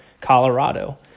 Colorado